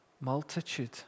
multitude